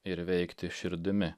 ir veikti širdimi